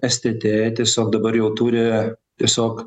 stt tiesiog dabar jau turi tiesiog